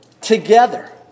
together